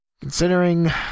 considering